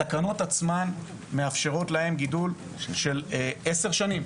התקנות עצמן מאפשרות גידול של עשר שנים.